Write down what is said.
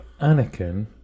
Anakin